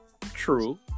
True